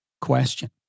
question